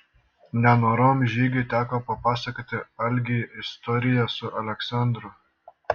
nenorom žygiui teko papasakoti algei istoriją su aleksandru